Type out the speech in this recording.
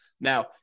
Now